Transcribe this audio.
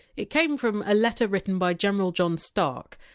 it came from a letter written by general john stark,